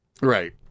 right